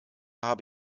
habe